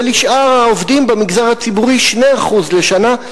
ולשאר העובדים במגזר הציבורי היא 2% לשנה.